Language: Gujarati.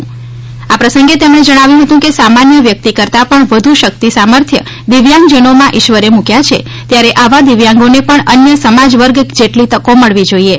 મુખ્યમંત્રીશ્રીએ આ પ્રસંગે જણાવ્યું હતું કે સામાન્ય વ્યકિત કરતાં પણ વધુ શકિત સામર્થ્ય દિવ્યાંગજનોમાં ઇશ્વરે મુકયા છે ત્યારે આવા દિવ્યાંગોને પણ અન્ય સમાજ વર્ગ જેટલી તકો મળવી જોઇએ